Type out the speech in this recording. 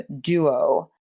duo